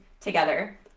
together